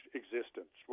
existence